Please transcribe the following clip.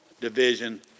division